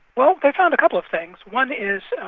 well, they found a couple of things. one is,